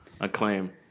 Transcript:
acclaim